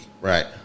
Right